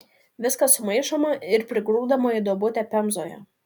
viskas sumaišoma ir prigrūdama į duobutę pemzoje